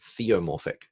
theomorphic